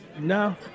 No